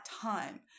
time